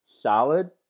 solid